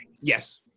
yes